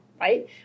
right